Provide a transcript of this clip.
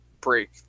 break